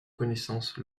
connaissance